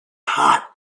hot